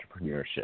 entrepreneurship